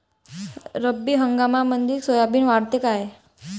रब्बी हंगामामंदी सोयाबीन वाढते काय?